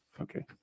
Okay